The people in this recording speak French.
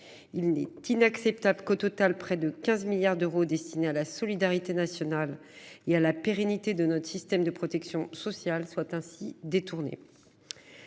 Il est inacceptable que, au total, près de 15 milliards d’euros destinés à la solidarité nationale et à la pérennité de notre système de protection sociale soient ainsi détournés.